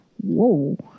whoa